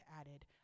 added